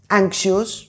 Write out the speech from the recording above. anxious